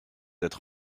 être